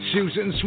Susan